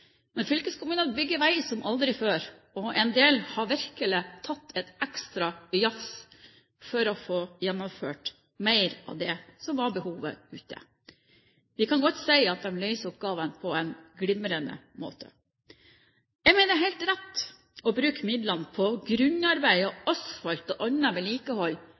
Men fylkeskommunene bygger vei som aldri før, og en del har virkelig tatt et ekstra jafs for å få gjennomført mer av det som var behovet ute. Vi kan godt si at de løser oppgavene på en glimrende måte. Jeg mener det er helt riktig å bruke midlene på grunnarbeid, asfalt og annet vedlikehold